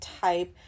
type